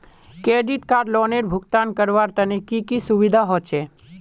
Credit card लोनेर भुगतान करवार तने की की सुविधा होचे??